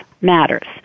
matters